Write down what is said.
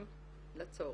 בדיוק.